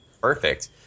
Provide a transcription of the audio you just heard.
perfect